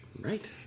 Right